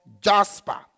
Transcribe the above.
jasper